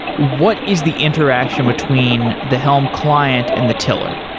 what is the interaction between the helm client and the tiller?